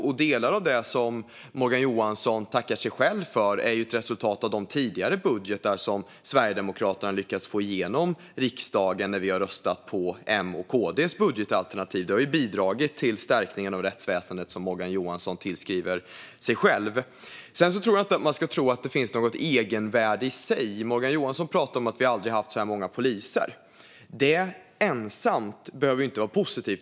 Och delar av det som Morgan Johansson tackar sig själv för är resultatet av de tidigare budgetar som Sverigedemokraterna lyckats få igenom i riksdagen genom att rösta på M:s och KD:s budgetalternativ. Det har bidragit till stärkningen av rättsväsendet som Morgan Johansson tillskriver sig själv. Sedan ska man inte tro att det finns något egenvärde i att vi aldrig haft så här många poliser, som Morgan Johansson pratar om. Det ensamt behöver inte vara positivt.